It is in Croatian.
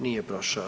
Nije prošao.